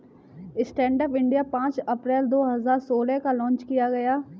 stand up India पांच अप्रैल दो हजार सोलह को लॉन्च किया गया